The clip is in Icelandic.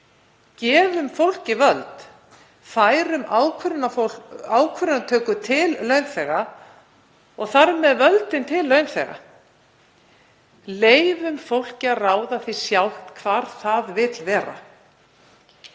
Gefum fólki völd, færum ákvarðanatöku og þar með völdin til launþega. Leyfum fólki að ráða því sjálft hvar það vill vera.